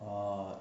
orh